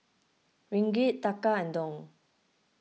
Ringgit Taka and Dong